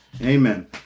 Amen